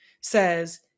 says